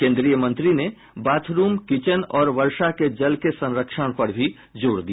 केन्द्रीय मंत्री ने बाथरूम किचन और वर्षा के जल के संरक्षण पर भी जोर दिया